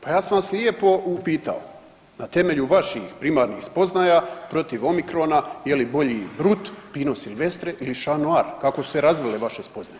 Pa ja sam vas lijepo upitao na temelju vaših primarnih spoznaja protiv omicrona je li bolji Brut, Pino Silvestre ili Šanoar kako su se razvile vaše spoznaje?